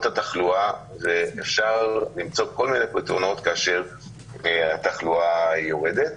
התחלואה ואפשר למצוא כל מיני פתרונות כאשר התחלואה יורדת.